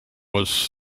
was